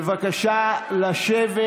בבקשה לשבת.